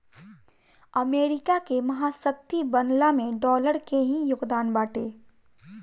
America के महाशक्ति बनला में डॉलर के ही योगदान बाटे